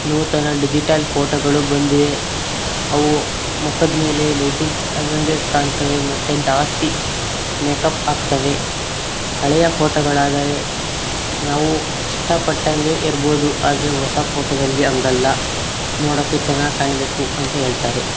ನೂತನ ಡಿಜಿಟಲ್ ಪೋಟೋಗಳು ಬಂದಿವೆ ಅವು ಮುಖದ ಮೇಲೆ ಲೇಟಿಂಗ್ಸ್ ಹಂಗಂಗೆ ಕಾಣ್ತವೆ ಮತ್ತು ಜಾಸ್ತಿ ಮೇಕಪ್ ಹಾಕ್ತವೆ ಹಳೆಯ ಫೋಟೋಗಳಾದರೆ ನಾವು ಇಷ್ಟ ಪಟ್ಟಂಗೆ ಇರ್ಬೋದು ಆದರೆ ಹೊಸ ಫೋಟೋದಲ್ಲಿ ಹಂಗಲ್ಲ ನೋಡೋಕ್ಕೆ ಚೆನ್ನಾಗಿ ಕಾಣಬೇಕು ಅಂತ ಹೇಳ್ತಾರೆ